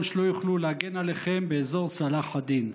שלא יוכלו להגן עליכם באזור צלאח א-דין?